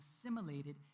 assimilated